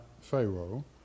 Pharaoh